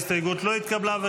ההסתייגות לא התקבלה.